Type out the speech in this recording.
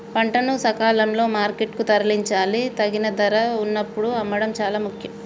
పంటను సకాలంలో మార్కెట్ కు తరలించాలి, తగిన ధర వున్నప్పుడు అమ్మడం చాలా ముఖ్యం